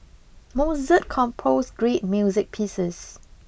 Mozart composed great music pieces